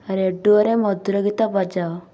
ରେଡିଓରେ ମଧୁର ଗୀତ ବଜାଅ